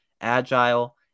agile